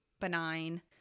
benign